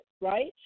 right